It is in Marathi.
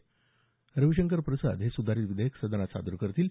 मंत्री रविशंकर प्रसाद हे सुधारित विधेयक सदनात सादर करतील